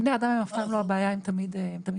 בני אדם הם אף פעם לא הבעיה, הם תמיד הפתרון.